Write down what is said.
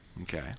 Okay